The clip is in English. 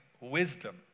wisdom